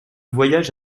voyage